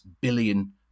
billion